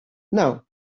now